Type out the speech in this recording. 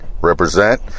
Represent